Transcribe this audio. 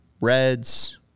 Reds